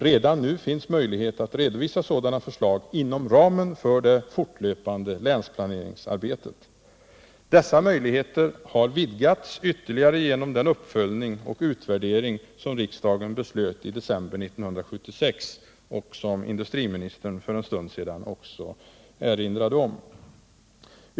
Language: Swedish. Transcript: Redan nu finns möjlighet att redovisa sådana förslag inom ramen för det fortlöpande länsplaneringsarbetet. Dessa möjligheter har vidgats ytterligare genom den uppföljning och utvärdering som riksdagen beslöt i december 1976 och som industriministern för en stund sedan också erinrade om.